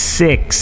six